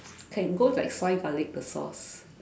can go with like soy garlic the sauce